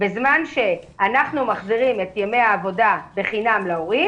בזמן שאנחנו מחזירים את ימי העבודה בחינם להורים